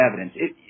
evidence